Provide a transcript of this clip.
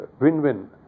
win-win